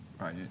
right